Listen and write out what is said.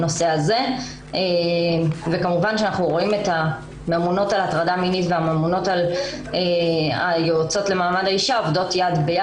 הנושא על סדר היום הוא תפקיד היועצות לקידום מעמד האישה ברשויות